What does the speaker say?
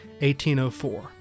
1804